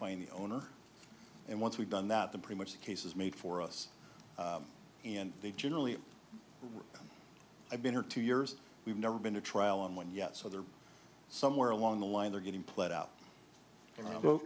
plane the owner and once we've done that the pretty much the case is made for us and they generally i've been here two years we've never been to trial on one yet so they're somewhere along the line they're getting pled out you know